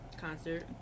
concert